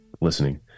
listening